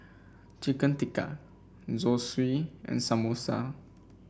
Chicken Tikka Zosui and Samosa